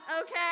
okay